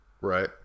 right